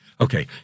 Okay